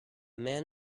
man